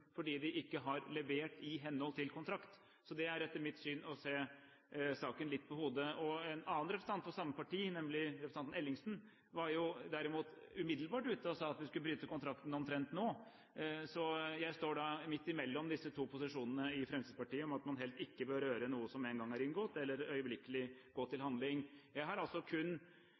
fordi de ikke har levert i henhold til kontrakt. Det er etter mitt syn å snu saken litt på hodet. En annen representant fra samme parti, nemlig representanten Ellingsen, var derimot umiddelbart ute og sa at vi skulle bryte kontrakten, omtrent nå. Jeg står da midt imellom disse to posisjonene i Fremskrittspartiet – om at man ikke bør røre noe som en gang er inngått, eller at man må øyeblikkelig gå til handling. Jeg har